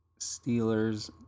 Steelers